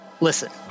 Listen